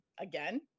again